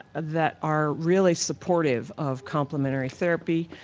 that are really supportive of complimentary therapy.